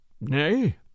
Nay